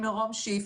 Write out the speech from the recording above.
עם מרום שיף,